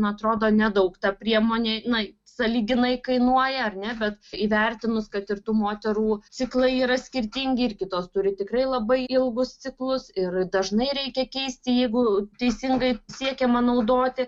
na atrodo nedaug ta priemonė na sąlyginai kainuoja ar ne bet įvertinus kad ir tų moterų ciklai yra skirtingi ir kitos turi tikrai labai ilgus ciklus ir dažnai reikia keisti jeigu teisingai siekiama naudoti